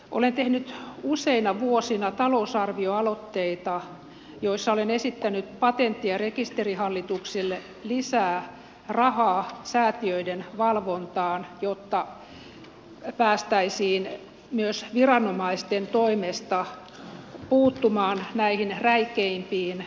olen tehnyt useina vuosina talousarvioaloitteita joissa olen esittänyt patentti ja rekisterihallitukselle lisää rahaa säätiöiden valvontaan jotta päästäisiin myös viranomaisten toimesta puuttumaan näihin räikeimpiin ylilyönteihin